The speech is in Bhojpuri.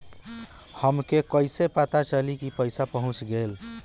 हमके कईसे पता चली कि पैसा पहुच गेल?